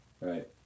Right